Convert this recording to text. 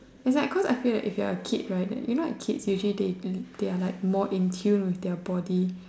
is like cause I feel that if you are a kid right then you know like kids usually they bleed they are like more in tune with their body